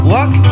Luck